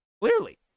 Clearly